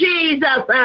Jesus